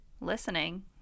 Listening